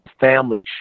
family